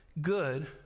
good